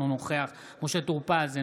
אינו נוכח משה טור פז,